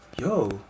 yo